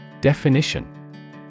Definition